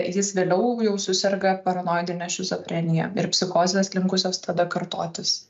jis vėliau jau suserga paranoidine šizofrenija ir psichozės linkusios tada kartotis